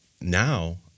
now